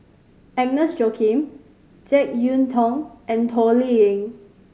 Agnes Joaquim Jek Yeun Thong and Toh Liying